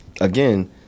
again